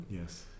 Yes